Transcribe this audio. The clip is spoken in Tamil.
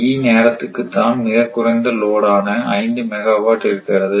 E நேரத்துக்குத்தான் மிகக்குறைந்த லோடான 5 மெகாவாட் இருக்கிறது